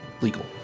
legal